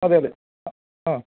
അതെ അതെ ആ ആ